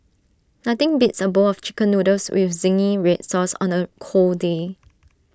nothing beats A bowl of Chicken Noodles with Zingy Red Sauce on A cold day